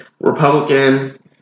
republican